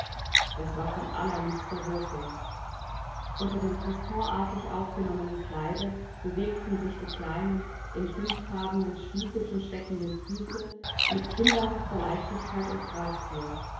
das war von allerliebster wirkung unter dem festonartig aufgenommenen kleide bewegten sich die kleinen in zimtfarbenen stiefelchen steckenden füße mit kinderhafter leichtigkeit und grazie